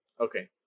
Okay